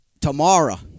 tomorrow